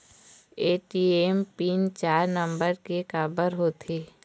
ATM PIN चार number के काबर करथे?